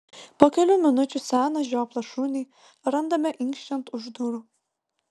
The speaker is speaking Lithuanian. po kelių minučių seną žioplą šunį randame inkščiant už durų